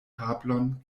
tablon